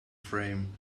frame